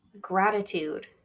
Gratitude